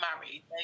married